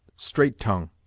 straight-tongue.